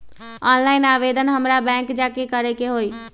Online आवेदन हमरा bank जाके करे के होई?